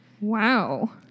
Wow